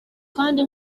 kandi